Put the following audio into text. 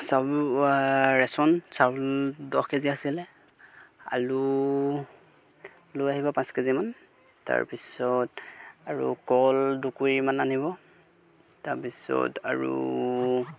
চাউল ৰেচন চাউল দহ কে জি আছিলে আলু লৈ আহিব পাঁচ কে জিমান তাৰপিছত আৰু কল দুকুৰিমান আনিব তাৰপিছত আৰু